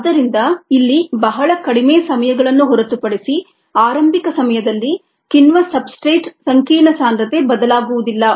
ಆದ್ದರಿಂದ ಇಲ್ಲಿ ಬಹಳ ಕಡಿಮೆ ಸಮಯಗಳನ್ನು ಹೊರತುಪಡಿಸಿ ಆರಂಭಿಕ ಸಮಯದಲ್ಲಿ ಕಿಣ್ವ ಸಬ್ಸ್ಟ್ರೇಟ್ ಸಂಕೀರ್ಣ ಸಾಂದ್ರತೆ ಬದಲಾಗುವುದಿಲ್ಲ